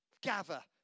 gather